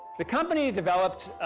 the company developed